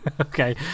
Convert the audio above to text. Okay